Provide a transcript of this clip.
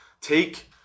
take